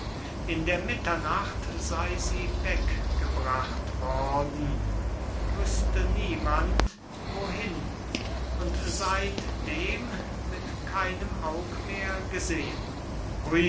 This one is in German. in der mitternacht sey sie weggebracht worden wüßte niemand wohin und seitdem mit keinem aug mehr gesehen